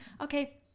okay